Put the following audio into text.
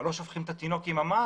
אבל לא שופכים את התינוק עם המים.